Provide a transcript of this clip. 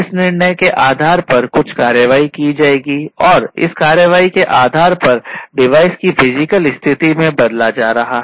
इस निर्णय के आधार पर कुछ कार्रवाई की जाएगी और इस कार्यवाही के आधार पर डिवाइस की फिजिकल स्थिति को बदला जा रहा है